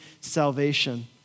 salvation